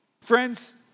Friends